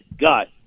gut